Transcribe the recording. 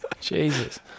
jesus